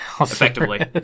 Effectively